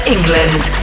England